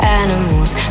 animals